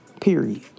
period